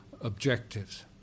objectives